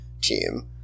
team